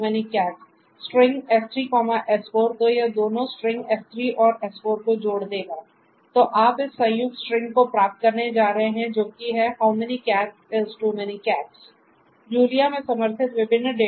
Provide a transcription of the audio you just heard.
" string तो यह दोनों स्ट्रिंग s3 और s4 को जोड़ देगा तो आप इस संयुक्त स्ट्रिंग को प्राप्त करने जा रहे हैं जो कि है How many cats is too many cats